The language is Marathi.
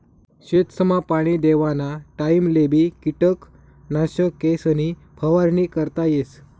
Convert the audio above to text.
शेतसमा पाणी देवाना टाइमलेबी किटकनाशकेसनी फवारणी करता येस